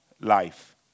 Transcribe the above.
life